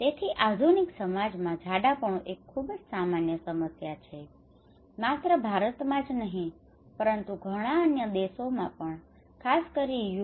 તેથી આધુનિક સમાજમાં જાડાપણું એક ખૂબ જ સામાન્ય સમસ્યા છે માત્ર ભારતમાં જ નહીં પરંતુ ઘણા અન્ય દેશોમાં પણ ખાસ કરીને યુ